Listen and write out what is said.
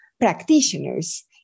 practitioners